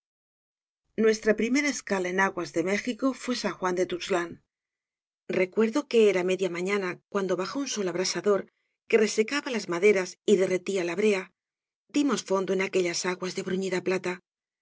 uestra primera escala en aguas de méxico fué san juan de tuxtlan recuerdo que era media mañana cuando bajo un sol abraj sador que resecaba las maderas y derretía la brea dimos fondo en aquellas aguas de bruñida plata